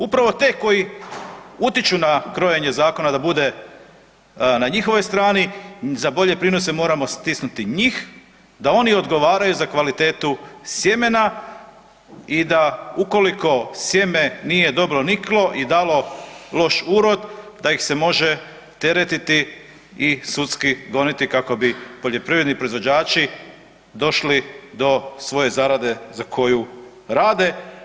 Upravo te koji utiču na krojenje zakona da bude na njihovoj strani, za bolje prinose moramo stisnuti njih da oni odgovaraju za kvalitetu sjemena i da ukoliko sjeme nije dobro niklo i dalo loš urod da ih se može teretiti i sudski goniti kako bi poljoprivredni proizvođači došli do svoje zarade za koju rade.